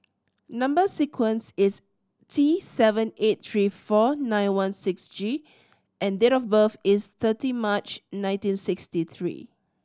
number sequence is T seven eight three four nine one six G and date of birth is thirty March nineteen sixty three